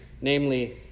namely